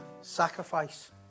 sacrifice